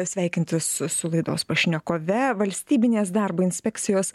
sveikintis su su laidos pašnekove valstybinės darbo inspekcijos